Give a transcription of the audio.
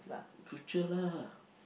future lah